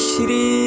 Shri